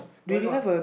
why not